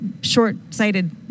short-sighted